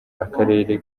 akarere